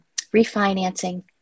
refinancing